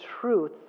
truth